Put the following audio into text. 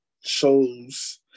shows